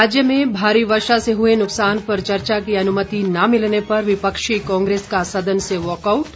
राज्य में भारी वर्षा से हुए नुकसान पर चर्चा की अनुमति न मिलने पर विपक्षी कांग्रेस का सदन से वॉकआउट